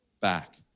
back